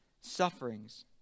sufferings